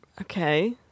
Okay